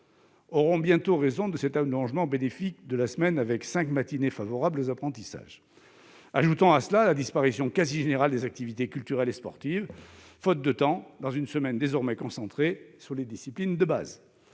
auront bientôt raison de cet allongement bénéfique de la semaine avec cinq matinées favorables aux apprentissages. Ajoutons à cela la disparition quasi générale des activités culturelles et sportives, faute de temps, dans une semaine désormais concentrée sur les disciplines de base.